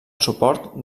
suport